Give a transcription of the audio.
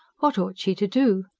what ought she to do?